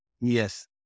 Yes